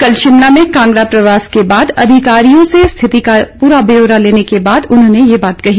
कल शिमला में कांगड़ा प्रवास के बाद अधिकारियों से स्थिति का पूरा ब्यौरा लेने के बाद उन्होंने ये बात कही